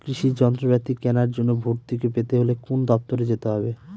কৃষি যন্ত্রপাতি কেনার জন্য ভর্তুকি পেতে হলে কোন দপ্তরে যেতে হবে?